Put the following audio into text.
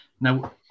Now